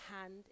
hand